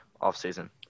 offseason